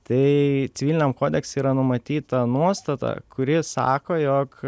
tai civiliniam kodekse yra numatyta nuostata kuri sako jog